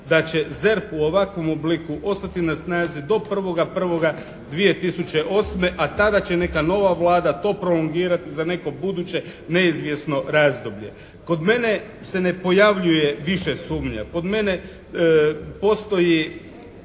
da će ZERP u ovakvom obliku ostati na snazi do 1.1.2008. a tada će neka nova vlada to prolongirati za neko buduće neizvjesno razdoblje. Kod mene se ne pojavljuje više sumnja. Kod mene postoji